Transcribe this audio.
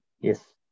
Yes